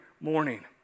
morning